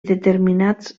determinats